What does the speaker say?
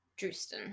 Drewston